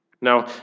Now